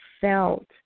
felt